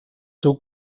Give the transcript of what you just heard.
seu